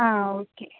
ആ ഓക്കേ